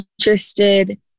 interested